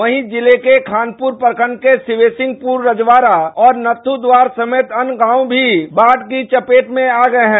वहीं जिले के खानपुर प्रखंड के शिवेसिंगपुर रजवाड़ा और नथ्यूट्वार समेत अन्य गांव भी बाढ़ की चपेट में आ गये हैं